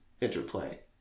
interplay